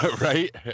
right